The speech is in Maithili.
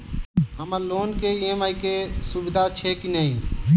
हम्मर लोन केँ ई.एम.आई केँ सुविधा छैय की नै?